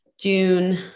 June